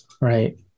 right